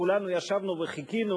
כולנו ישבנו וחיכינו,